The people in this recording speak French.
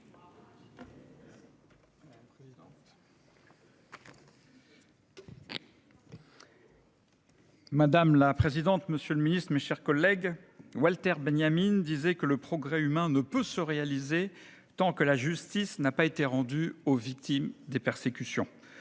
Madame la présidente, monsieur le ministre, mes chers collègues, Walter Benjamin disait que le progrès humain ne peut se réaliser tant que la justice n'est pas rendue aux victimes des persécutions.